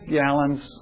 gallons